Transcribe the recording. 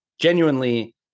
genuinely